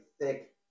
thick